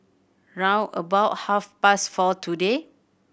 round about half past four today